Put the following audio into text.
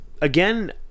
again